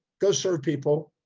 go serve people,